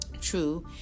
True